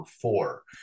four